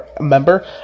Member